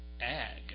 ag